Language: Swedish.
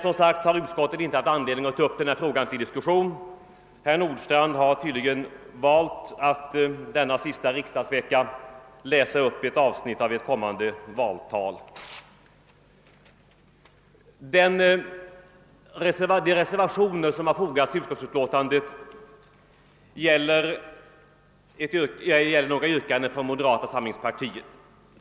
Utskottet har emellertid, som sagt, inte haft anledning att ta upp detta till diskussion. Herr Nordstrandh har tydligen valt att denna sista riksdagsvecka läsa upp ett avsnitt av ett kommande valtal. De reservationer som har fogats till utskottsutlåtandet gäller några yrkanden från moderata samlingspartiet.